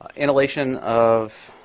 inhalation of